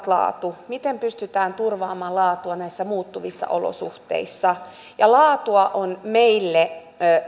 laatu miten pystytään turvaamaan laatu näissä muuttuvissa olosuhteissa laatua on meille